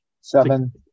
Seven